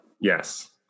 yes